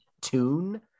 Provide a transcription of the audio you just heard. tune